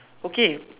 okay